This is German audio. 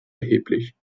erheblich